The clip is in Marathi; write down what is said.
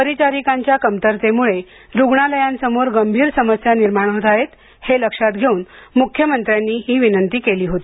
परिचारिकांच्या कमतरतेमुळे रुग्णालयांसमोर गंभीर समस्या निर्माण होत आहे हे लक्षात घेऊन मुख्यमंत्र्यांनी हि विनंती केली होती